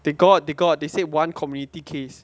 they got they got they said one community case